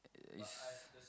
is